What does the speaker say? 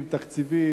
עם תקציבים,